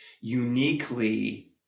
uniquely